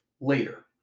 later